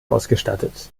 ausgestattet